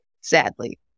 Sadly